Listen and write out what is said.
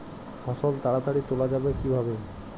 ফসল তাড়াতাড়ি তোলা যাবে কিভাবে?